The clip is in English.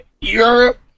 Europe